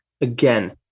Again